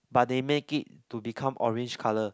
but they make it to become orange colour